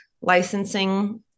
licensing